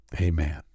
Amen